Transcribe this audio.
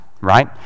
right